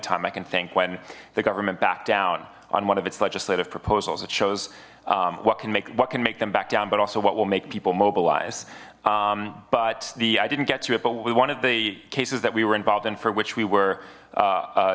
time i can think when the government backed down on one of its legislative proposals it shows what can make what can make them back down but also what will make people mobilize but the i didn't get to it but we wanted the cases that we were involved in for which we were